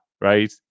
right